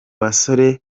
basore